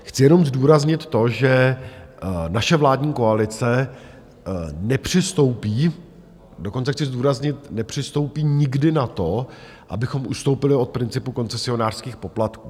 Chci jenom zdůraznit to, že naše vládní koalice nepřistoupí, dokonce chci zdůraznit, nepřistoupí nikdy na to, abychom ustoupili od principu koncesionářských poplatků.